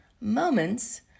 moments